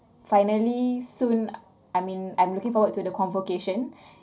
finally soon I mean I'm looking forward to the convocation